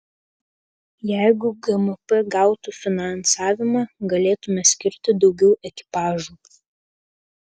jeigu gmp gautų finansavimą galėtumėme skirti daugiau ekipažų